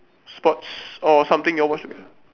sports or something you all watch together